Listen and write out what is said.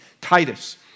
Titus